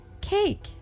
Cake